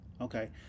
Okay